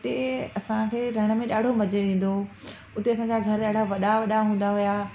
उते असांखे रहण में ॾाढो मज़ो ईंदो हुओ उते असांजा घर ॾाढा वॾा वॾा हूंदा हुआ